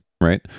right